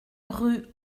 rue